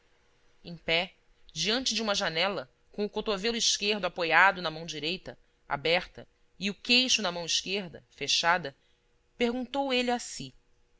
em pé diante de uma janela com o cotovelo esquerdo apoiado na mão direita aberta e o queixo na mão esquerda fechada perguntou ele a si